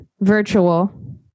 virtual